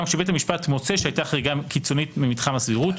גם כשבית המשפט מוצא כי הייתה חריגה קיצונית ממתחם הסבירות,